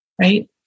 right